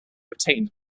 obtained